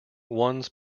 ones